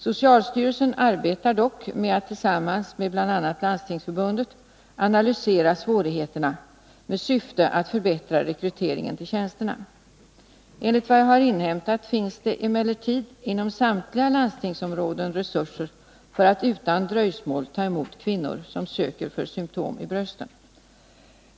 Socialstyrelsen arbetar dock med att tillsammans med bl.a. Landstingsförbundet analysera svårigheterna, i syfte att förbättra rekryteringen till tjänsterna. Enligt vad jag har inhämtat finns det emellertid inom samtliga landstingsområden resurser för att utan dröjsmål ta emot kvinnor som söker för symtom i brösten.